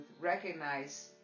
recognize